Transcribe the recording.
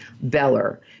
Beller